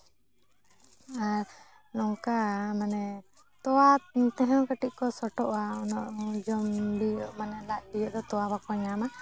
ᱟᱨ ᱱᱚᱝᱠᱟ ᱢᱟᱱᱮ ᱛᱳᱣᱟ ᱛᱮᱦᱚᱸ ᱠᱟᱹᱴᱤᱡ ᱠᱚ ᱥᱚᱴᱚᱜᱼᱟ ᱩᱱᱟᱹᱜ ᱡᱚᱢ ᱵᱤᱭᱳᱜ ᱢᱟᱱᱮ ᱞᱟᱡ ᱵᱤᱭᱳᱜ ᱫᱚ ᱛᱳᱣᱟ ᱵᱟᱠᱚ ᱧᱟᱢᱟ